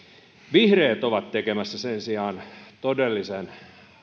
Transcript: vihreät ovat tekemässä sen sijaan todellisen